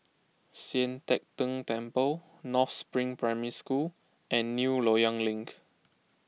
Sian Teck Tng Temple North Spring Primary School and New Loyang Link